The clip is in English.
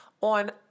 on